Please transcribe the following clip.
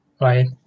Right